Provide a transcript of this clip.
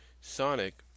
Sonic